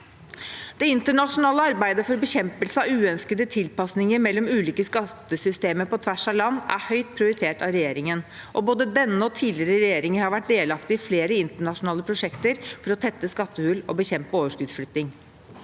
Det internasjonale arbeidet for bekjempelse av uønskede tilpasninger mellom ulike skattesystemer på tvers av land er høyt prioritert av regjeringen, og både denne og tidligere regjeringer har vært delaktige i flere internasjonale prosjekter for å tette skattehull og bekjempe overskuddsflytting.